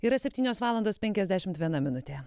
yra septynios valandos penkiasdešimt viena minutė